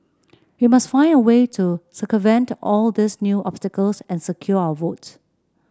we must find a way to circumvent all these new obstacles and secure our votes